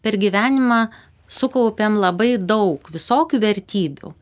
per gyvenimą sukaupiam labai daug visokių vertybių